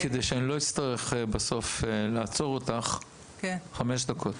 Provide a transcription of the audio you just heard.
כדי שאני לא אצטרך לעצור אותך בסוף חמש דקות.